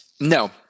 No